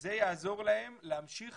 זה יעזור להם להמשיך